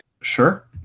Sure